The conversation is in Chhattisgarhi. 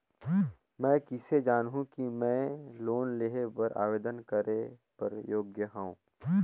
मैं किसे जानहूं कि मैं लोन लेहे बर आवेदन करे बर योग्य हंव?